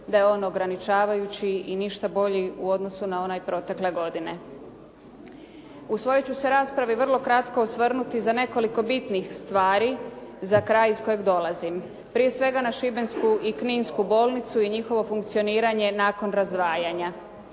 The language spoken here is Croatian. da je on ograničavajući i ništa bolji u odnosu na onaj protekle godine. U svojoj ću se raspravi vrlo kratko osvrnuti za nekoliko bitnih stvari za kraj iz kojeg dolazim, prije svega na Šibensku i Kninsku bolnicu i njihovo funkcioniranje nakon razdvajanja.